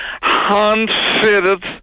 hand-fitted